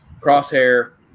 crosshair